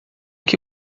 que